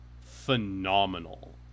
phenomenal